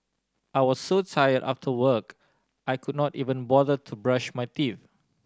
I was so tired after work I could not even bother to brush my teeth